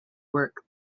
work